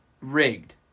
rigged